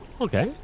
Okay